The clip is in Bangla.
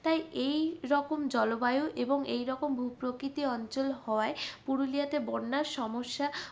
তাই এই রকম জলবায়ু এবং এই রকম ভূপ্রকৃতি অঞ্চল হওয়ায় পুরুলিয়াতে বন্যার সমস্যা